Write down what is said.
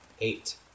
Eight